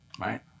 Right